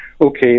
okay